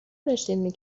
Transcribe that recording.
داشتین